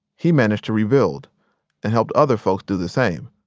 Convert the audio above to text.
he managed to rebuild and helped other folks do the same.